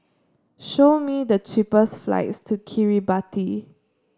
show me the cheapest flights to Kiribati